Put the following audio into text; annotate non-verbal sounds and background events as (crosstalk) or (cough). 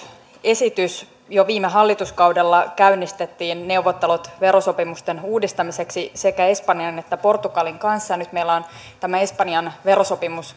esitys jo viime hallituskaudella käynnistettiin neuvottelut verosopimusten uudistamiseksi sekä espanjan että portugalin kanssa ja nyt meillä on tämä espanjan verosopimus (unintelligible)